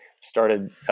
started